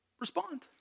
respond